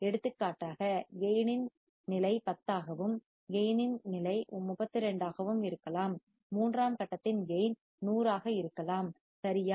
எடுத்துக்காட்டாக கேயின் இன் நிலை 10 ஆகவும் கேயின் இன் நிலை 32 ஆகவும் இருக்கலாம் மூன்றாம் கட்டத்தின் கேயின் 100 ஆக இருக்கலாம் சரியா